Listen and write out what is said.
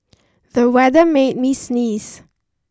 the weather made me sneeze